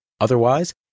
Otherwise